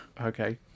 Okay